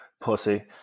pussy